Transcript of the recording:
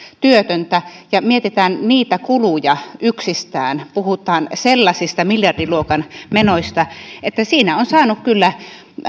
työtöntä ja jos mietitään niitä kuluja yksistään puhutaan sellaisista miljardiluokan menoista että siinä on saanut kyllä